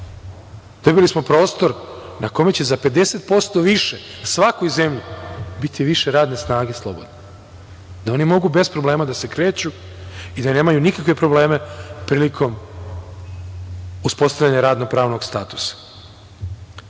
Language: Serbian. Dobili smo prostor na kome će za 50% više svakoj zemlji biti više radne snage slobodno, da oni mogu bez problema da se kreću i da nemaju nikakve probleme prilikom uspostavljanja radno-pravnog statusa. Ono